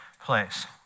place